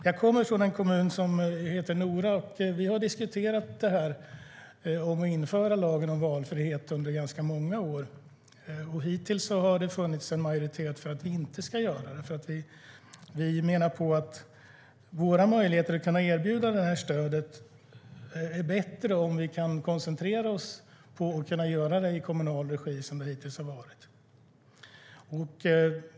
Jag kommer från en kommun som heter Nora. Vi har diskuterat att införa lagen om valfrihet under ganska många år. Hittills har det funnits en majoritet för att vi inte ska göra det. Vi menar att våra möjligheter att kunna erbjuda det här stödet är bättre om vi kan koncentrera oss på att kunna göra det i kommunal regi, så som det hittills har varit.